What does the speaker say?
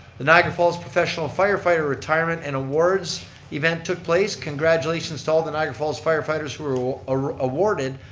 the niagara falls professional firefighter retirement and awards event took place. congratulations to all the niagara falls firefighters who were ah ah were awarded,